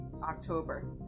October